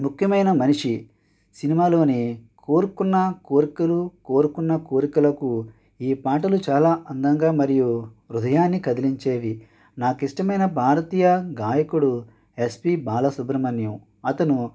ముఖ్యమైన మనిషి సినిమాలోని కోరుకున్న కోరికలు కోరుకున్న కోరికులకు ఈ పాటలు చాలా అందంగా మరియు హృదయాన్ని కదిలించేవి నాకిష్టమైన భారతీయ గాయకుడు ఎస్పి బాల సుబ్రమణ్యం అతడు